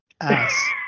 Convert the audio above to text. ass